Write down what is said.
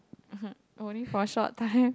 only for a short time